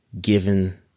given